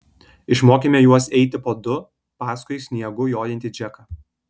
išmokėme juos eiti po du paskui sniegu jojantį džeką